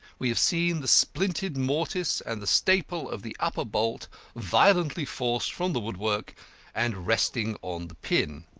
we have seen the splintered mortice and the staple of the upper bolt violently forced from the woodwork and resting on the pin.